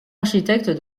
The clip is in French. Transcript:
architecte